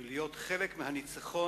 ולהיות חלק מהניצחון